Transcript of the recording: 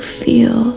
feel